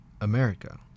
America